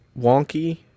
wonky